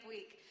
Week